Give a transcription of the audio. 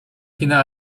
kina